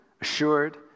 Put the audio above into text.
assured